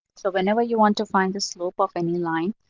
so whenever you want to find the slope of any line,